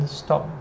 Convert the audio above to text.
stop